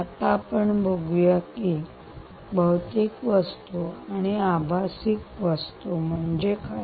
आता आपण बघुया की भौतिक वस्तू आणि आभासी वस्तू म्हणजे काय